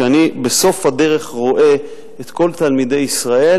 שאני בסוף הדרך רואה את כל תלמידי ישראל,